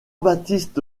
baptiste